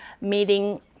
meeting